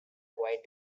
quite